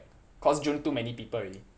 cause june too many people already